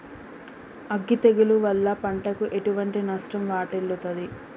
అగ్గి తెగులు వల్ల పంటకు ఎటువంటి నష్టం వాటిల్లుతది?